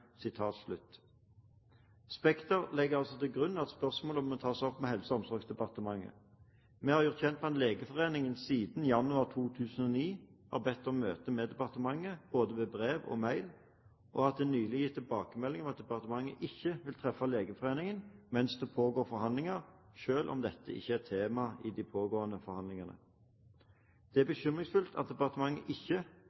legger altså til grunn at spørsmålet må tas opp med Helse- og omsorgsdepartementet. Vi er gjort kjent med at Legeforeningen siden januar 2009 via både brev og mail har bedt om møte med departementet, og at det nylig er gitt tilbakemelding om at departementet ikke vil treffe Legeforeningen mens det pågår forhandlinger, selv om dette ikke er tema i de pågående forhandlingene. Det er